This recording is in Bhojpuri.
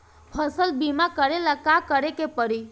फसल बिमा करेला का करेके पारी?